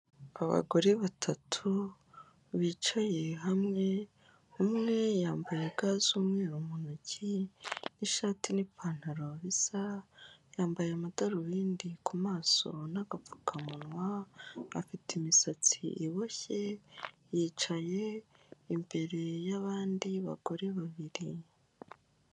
Abagore batatu bicaye hamwe, umwe yambaye ga z'umweru mu ntoki n'ishati n'ipantaro bisa, yambaye amadarubindi ku maso n'agapfukamunwa, afite imisatsi iboshye, yicaye imbere y'abandi bagore babiri.